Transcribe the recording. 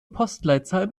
postleitzahl